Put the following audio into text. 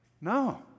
No